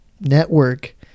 network